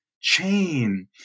chain